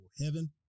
heaven